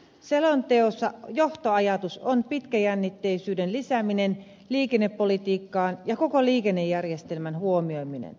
selonteossa johtoajatus on pitkäjännitteisyyden lisääminen liikennepolitiikkaan ja koko liikennejärjestelmän huomioiminen